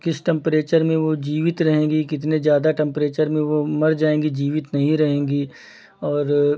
किस टेम्परेचर में वो जीवित रहेंगी कितने ज़्यादा टेम्परेचर में वो मर जाएँगी जीवित नहीं रहेंगी और